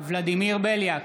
ולדימיר בליאק,